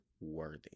worthy